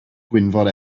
gwynfor